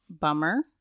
bummer